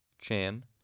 Chan